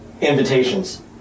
invitations